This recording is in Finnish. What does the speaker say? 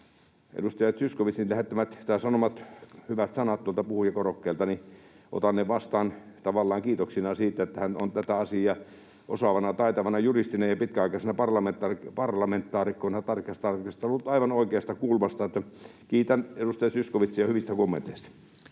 edustaja Zyskowiczin tuolta puhujakorokkeelta sanomat hyvät sanat vastaan tavallaan kiitoksina siitä, että hän on tätä asiaa osaavana, taitavana juristina ja pitkäaikaisena parlamentaarikkona tarkastellut aivan oikeasta kulmasta. Kiitän edustaja Zyskowiczia hyvistä kommenteista.